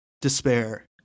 despair